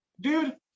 Dude